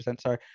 sorry